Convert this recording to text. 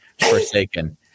forsaken